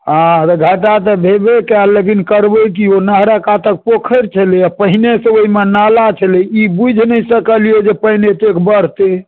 हँ घाटा तऽ भेबे कएल लेकिन करबै की ओ नहरक कातक पोखरि छलैए पहिने से ओहिमे नाला छलै ई बुझि नहि सकलियै जे पानि एतेक बढ़तै